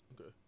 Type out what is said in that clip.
Okay